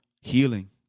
healing